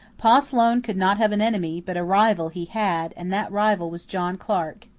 pa sloane could not have an enemy but a rival he had, and that rival was john clarke.